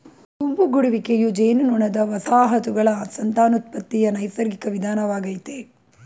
ಗುಂಪು ಗೂಡುವಿಕೆಯು ಜೇನುನೊಣದ ವಸಾಹತುಗಳ ಸಂತಾನೋತ್ಪತ್ತಿಯ ನೈಸರ್ಗಿಕ ವಿಧಾನವಾಗಯ್ತೆ